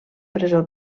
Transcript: presó